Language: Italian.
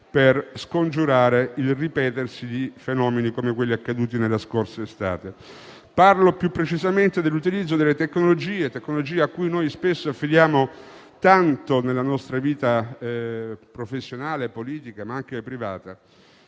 per scongiurare il ripetersi di fenomeni come quelli accaduti la scorsa estate. Parlo più precisamente dell'utilizzo delle tecnologie, a cui noi spesso affidiamo tanto nella nostra vita professionale e politica, ma anche privata;